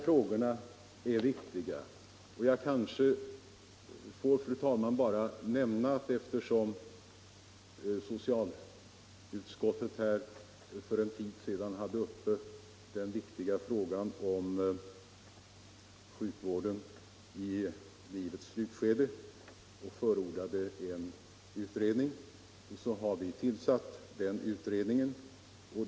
Fru talman! Får jag sedan nämna att eftersom riksdagen för en tid sedan behandlade den viktiga frågan om sjukvården i livets slutskede och förordade en utredning har vi nu tillsatt den utredningen.